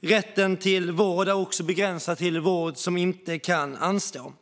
Rätten till vård är också begränsad till "vård som inte kan anstå".